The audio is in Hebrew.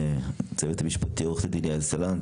ליועצת המשפטית עורכת הדיון יעל סלנט,